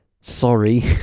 Sorry